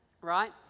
Right